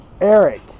Eric